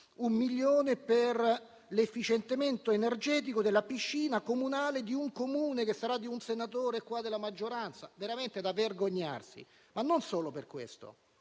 Un milione di euro per l'efficientamento energetico della piscina comunale di un Comune, che sarà di un senatore della maggioranza. Veramente da vergognarsi, e non solo per questo,